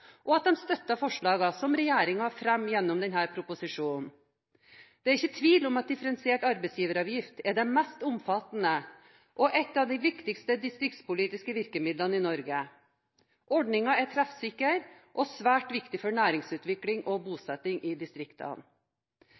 og at de støtter forslagene som regjeringen fremmer gjennom denne proposisjonen. Det er ikke tvil om at differensiert arbeidsgiveravgift er det mest omfattende distriktspolitiske virkemidlet i Norge – og et av det viktigste. Ordningen er treffsikker og svært viktig for næringsutvikling og bosetting i distriktene.